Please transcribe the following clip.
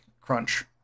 crunch